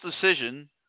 decision